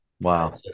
Wow